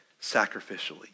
sacrificially